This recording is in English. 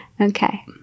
Okay